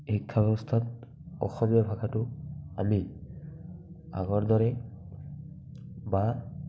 শিক্ষা ব্যৱস্থাত অসমীয়া ভাষাটো আমি আগৰ দৰে বা